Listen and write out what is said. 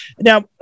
Now